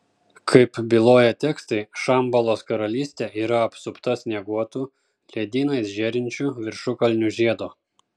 kaip byloja tekstai šambalos karalystė yra apsupta snieguotų ledynais žėrinčių viršukalnių žiedo